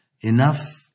enough